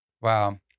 Wow